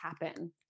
happen